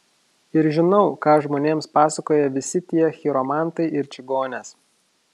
ir žinau ką žmonėms pasakoja visi tie chiromantai ir čigonės